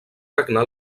regnar